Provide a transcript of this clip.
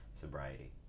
sobriety